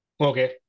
Okay